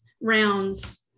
rounds